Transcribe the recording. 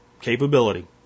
capability